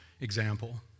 example